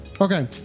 okay